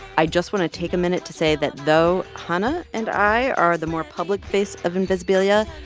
i just want to take a minute to say that though hanna and i are the more public face of invisibilia,